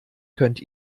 könnt